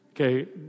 Okay